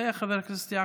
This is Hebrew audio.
חבר הכנסת אלי כהן,